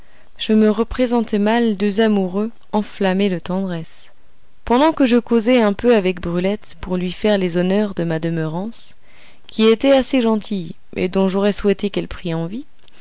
je me représentai mal deux amoureux enflammés de tendresse pendant que je causais un peu avec brulette pour lui faire les honneurs de ma demeurance qui était assez gentille et dont j'aurais souhaité qu'elle prît envie